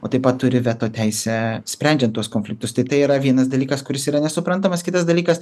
o taip pat turi veto teisę sprendžiant tuos konfliktus tai tai yra vienas dalykas kuris yra nesuprantamas kitas dalykas